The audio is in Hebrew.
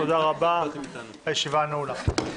תודה רבה, הישיבה נעולה.